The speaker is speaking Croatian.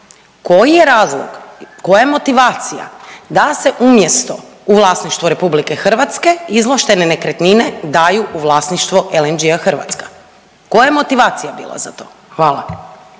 koji je razlog, koja je motivacija da se umjesto u vlasništvo Republike Hrvatske izvlaštene nekretnine daju u vlasništvo LNG-e Hrvatska koja je motivacija bila za to? Hvala.